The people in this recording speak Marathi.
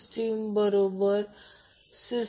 3 अधिक आहे म्हणूनच थ्री फेज थ्री वायर हे फायद्याचे आहे